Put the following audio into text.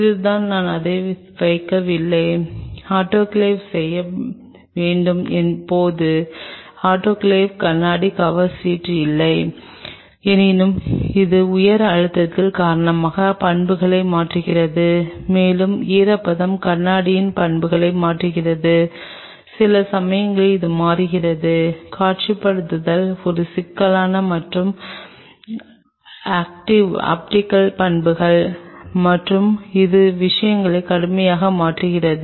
இது தான் நான் இதை வைக்கவில்லை ஆட்டோகிளேவ் செய்ய வேண்டாம் எப்போதும் ஆட்டோகிளேவ் கண்ணாடி கவர் சீட்டுகள் இல்லை ஏனெனில் இது உயர் அழுத்தத்தின் காரணமாக பண்புகளை மாற்றுகிறது மேலும் ஈரப்பதம் கண்ணாடியின் பண்புகளை மாற்றுகிறது சில சமயங்களில் அது மாறுகிறது காட்சிப்படுத்தல் ஒரு சிக்கலாக மாறும் ஆப்டிகல் பண்புகள் மற்றும் இது விஷயங்களை கடுமையாக மாற்றுகிறது